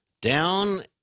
Down